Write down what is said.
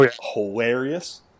hilarious